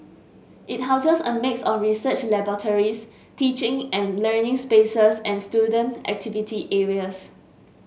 it houses a mix of research laboratories teaching and learning spaces and student activity areas